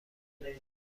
میگم